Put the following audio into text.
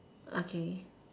okay